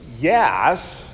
yes